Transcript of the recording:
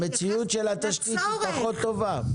המציאות של התשתית פחות טובה.